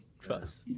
trust